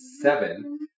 seven